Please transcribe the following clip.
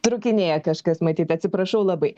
trūkinėja kažkas matyt atsiprašau labai